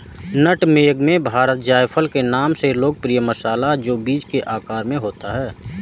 नट मेग भारत में जायफल के नाम से लोकप्रिय मसाला है, जो बीज के आकार में होता है